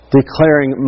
declaring